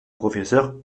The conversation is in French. professeur